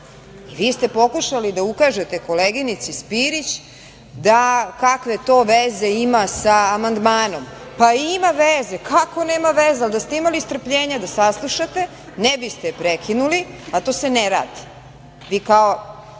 ste pokušali da ukažete koleginici Spirić da kakve to veze ima sa amandmanom. Pa, ima veze. Kako nema veze? Ali da ste imali strpljenja da saslušate, ne biste je prekinuli, a to se ne radi. Vi kao,